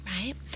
right